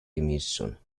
emission